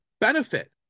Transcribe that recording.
benefit